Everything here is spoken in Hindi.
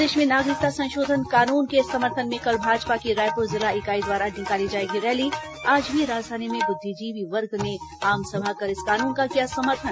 प्रदेश में नागरिकता संशोधन कानून के समर्थन में कल भाजपा की रायपूर जिला इकाई द्वारा निकाली जाएगी रैली आज भी राजधानी में बुद्धिजीवी वर्ग ने आमसभा कर इस कानून का किया समर्थन